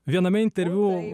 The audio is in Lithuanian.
viename interviu